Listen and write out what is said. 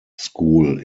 school